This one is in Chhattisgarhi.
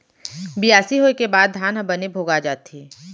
बियासी होय के बाद धान ह बने भोगा जाथे